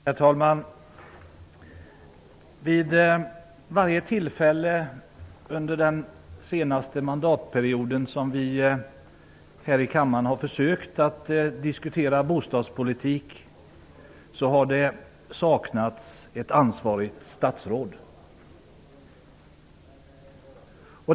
Herr talman! Vid varje tillfälle under den senaste mandatperioden som vi här i kammaren har försökt att diskutera bostadspolitik har ansvarigt statsråd saknats.